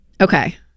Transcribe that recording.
Okay